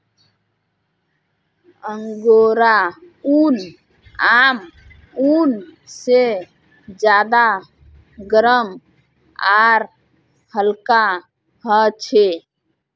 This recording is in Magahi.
अंगोरा ऊन आम ऊन से ज्यादा गर्म आर हल्का ह छे